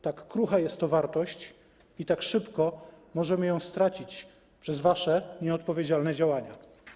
Tak krucha jest to wartość i tak szybko możemy ją stracić przez wasze nieodpowiedzialne działania.